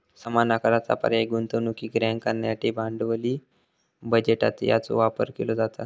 समान आकाराचा पर्यायी गुंतवणुकीक रँक करण्यासाठी भांडवली बजेटात याचो वापर केलो जाता